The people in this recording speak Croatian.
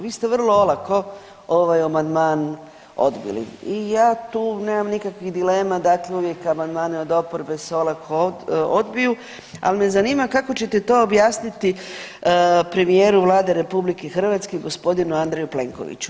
Vi ste vrlo olako ovaj amandman odbili i ja tu nemam nikakvih dilema, dakle uvijek amandmane od oporbe se olako odbiju, ali me zanima kako ćete to objasniti premijeru Vlade RH, g. Andreju Plenkoviću.